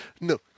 no